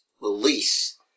release